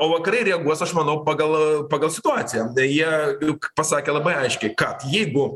o vakarai reaguos aš manau pagal pagal situaciją jie juk pasakė labai aiškiai kad jeigu